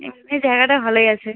হুম এই জায়গাটা ভালোই আছে